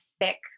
thick